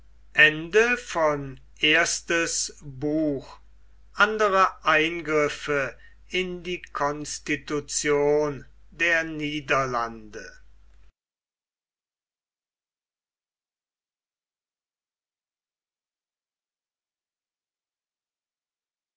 andere eingriffe in die constitution der niederlande